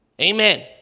Amen